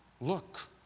look